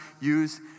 use